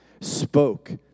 spoke